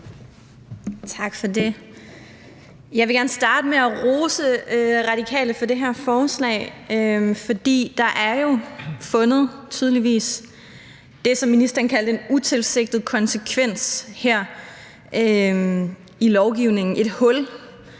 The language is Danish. Tak for det. Jeg vil gerne starte med at rose Radikale for det her forslag, for der er jo tydeligvis fundet det, som ministeren kaldte en utilsigtet konsekvens her i lovgivningen, et hul,